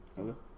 okay